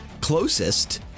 closest